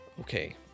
okay